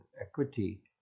equity